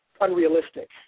unrealistic